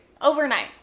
overnight